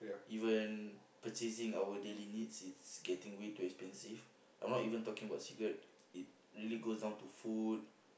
even purchasing our daily needs is getting way too expensive I'm not even talking about cigarette it really goes down to food